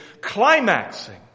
climaxing